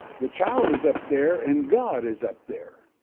the child is up there and god is up there,